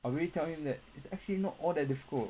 I will really tell him that it's actually not all at difficult